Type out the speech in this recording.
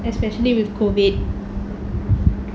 especially with COVID